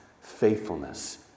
faithfulness